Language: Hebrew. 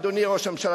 אדוני ראש הממשלה,